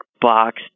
box